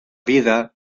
vida